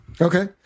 okay